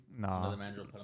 No